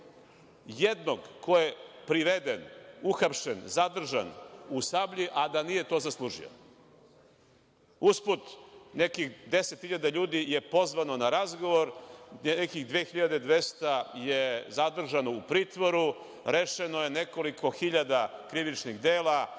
jednog ko je priveden, uhapšen, zadržan u „Sablji“, a da nije to zaslužio? Usput, nekih deset hiljada ljudi je pozvano na razgovor, nekih 2.200 je zadržano u pritvoru. Rešeno je nekoliko hiljada krivičnih dela,